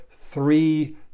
three